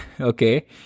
okay